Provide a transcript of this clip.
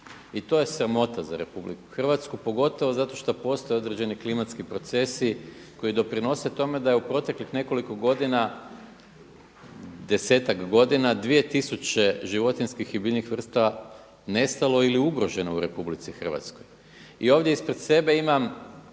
I to je sramota za RH pogotovo zato što postoje određeni klimatski procesi koji doprinose tome da je u proteklih nekoliko godina, desetak godina dvije tisuće životinjskih i biljnih vrsta nestalo ili ugroženo u RH. I ovdje ispred sebe imam